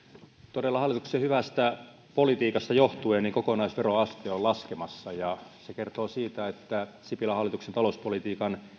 todella hallituksen hyvästä politiikasta johtuen kokonaisveroaste on laskemassa ja se kertoo siitä että sipilän hallituksen talouspolitiikan